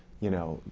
you know,